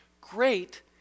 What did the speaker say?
great